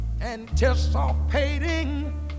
anticipating